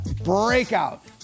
breakout